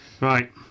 Right